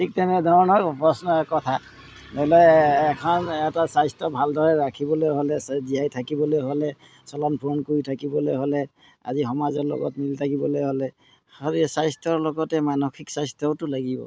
ঠিক তেনেধৰণৰ প্ৰশ্ন কথা ধৰি লওক এখন এটা স্ৱাস্থ্য ভালদৰে ৰাখিবলৈ হ'লে চাই জীয়াই থাকিবলৈ হ'লে চলন ফুৰণ কৰি থাকিবলৈ হ'লে আজি সমাজৰ লগত মিলি থাকিবলৈ হ'লে শৰীৰ স্বাস্থ্যৰ লগতে মানসিক স্বাস্থ্যওতো লাগিব